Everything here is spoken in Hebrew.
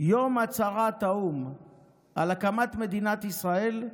יום הצהרת האו"ם על הקמת מדינת ישראל,